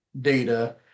data